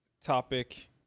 topic